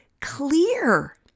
clear